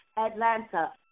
Atlanta